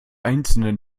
einzelnen